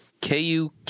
KU